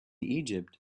egypt